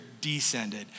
descended